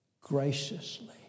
graciously